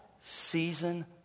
season